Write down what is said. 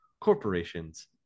corporations